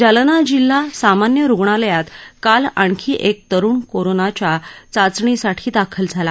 जालना जिल्हा सामान्य रुग्णालयात काल आणखी एक तरुण कोरोनाच्या चाचणीसाठी दाखल झाला